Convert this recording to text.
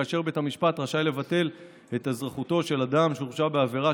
כאשר בית המשפט רשאי לבטל את אזרחותו של אדם שהורשע בעבירה